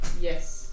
Yes